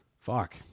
fuck